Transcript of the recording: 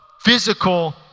physical